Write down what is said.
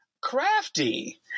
crafty